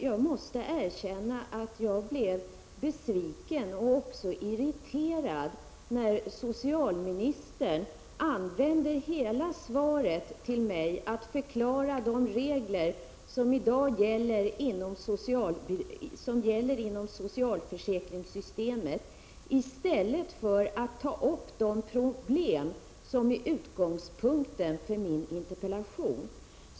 Jag måste dock erkänna att jag blev besviken och också irriterad när socialministern använde hela svaret till att förklara de regler som i dag gäller inom socialförsäkringssystemet, i stället för att ta upp de problem som är utgångspunkten för min interpellation.